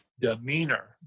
demeanor